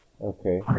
Okay